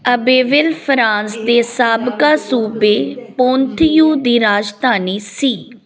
Abbeville France ਦੇ ਸਾਬਕਾ ਸੂਬੇ ਪੋਂਥੀਯੂ ਦੀ ਰਾਜਧਾਨੀ ਸੀ